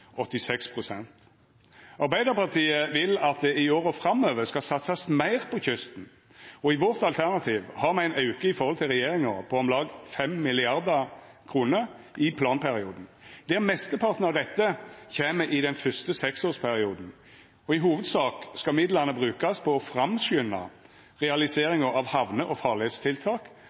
86 pst. Arbeidarpartiet vil at det i åra framover skal satsast meir på kysten, og i vårt alternativ har me ein auke i forhold til regjeringa på om lag 5 mrd. kr i planperioden, og mesteparten av dette kjem i den første seksårsperioden. I hovudsak skal midlane brukast på å framskunda realiseringa av hamne- og